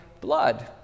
blood